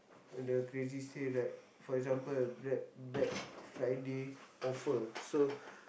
the crazy sale right for example black Black Friday offer so